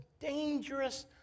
dangerous